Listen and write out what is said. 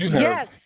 Yes